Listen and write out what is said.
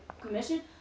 commission